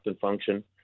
function